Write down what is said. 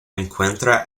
encuentra